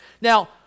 Now